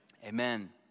Amen